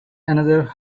another